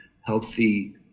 healthy